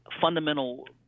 fundamental